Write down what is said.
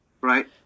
right